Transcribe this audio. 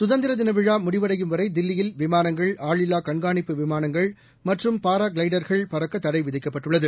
சுதந்திரதினவிழாமுடிவடையும் வரைதில்லியில் விமானங்கள் ஆளில்லாகண்கானிப்பு விமானங்கள் மற்றும் பாராக்ளைடர்கள் பறக்கதடைவிதிக்கப்பட்டுள்ளது